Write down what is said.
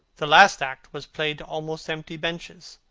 the last act was played to almost empty benches.